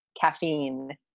caffeine